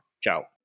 Ciao